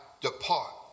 depart